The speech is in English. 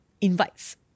invites